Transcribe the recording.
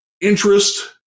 interest